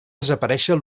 desaparèixer